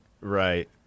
Right